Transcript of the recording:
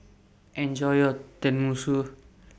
Enjoy your Tenmusu